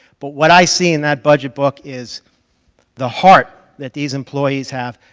but what i see in that budget book is the heart that these employees have,